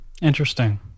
Interesting